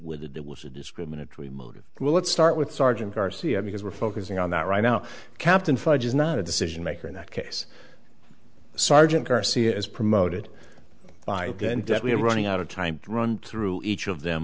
it was a discriminatory motive well let's start with sergeant garcia because we're focusing on that right now captain fudge is not a decision maker in that case sergeant garcia is promoted by and we're running out of time to run through each of them